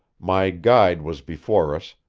my guide was before us,